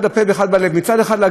מצד אחד להגיד: אני רוצה לעזור,